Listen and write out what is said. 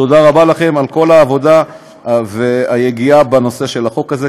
תודה רבה לכם על כל העבודה והיגיעה בנושא של החוק הזה.